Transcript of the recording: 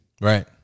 Right